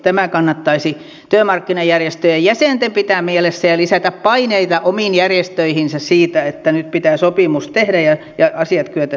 tämä kannattaisi työmarkkinajärjestöjen jäsenten pitää mielessä ja lisätä paineita omiin järjestöihinsä siitä että nyt pitää sopimus tehdä ja asiat kyetä sopimaan